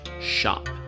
shop